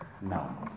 No